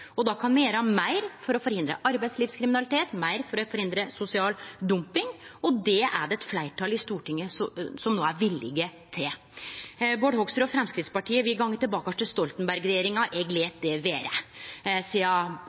og sosial dumping, og det er det eit fleirtal i Stortinget som no er villige til. Bård Hoksrud og Framstegspartiet vil gå tilbake til Stoltenberg-regjeringa. Eg lèt det vere.